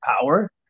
power